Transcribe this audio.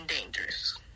dangerous